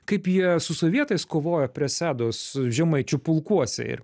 kaip jie su sovietais kovojo prie sedos žemaičių pulkuose ir